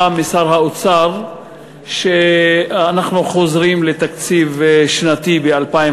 משר האוצר שאנחנו חוזרים לתקציב שנתי ב-2015.